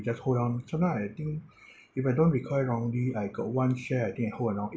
just hold on so now I think if I don't recall it wrongly I got one share I think I hold now eight